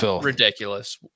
ridiculous